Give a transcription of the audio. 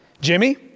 Jimmy